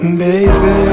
baby